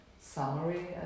summary